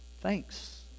Thanks